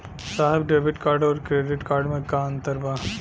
साहब debit card और credit card में का अंतर बा?